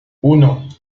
uno